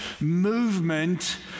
movement